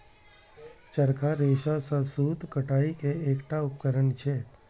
चरखा रेशा सं सूत कताइ के एकटा उपकरण छियै